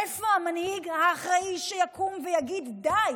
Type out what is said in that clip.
איפה המנהיג האחראי שיקום ויגיד: די,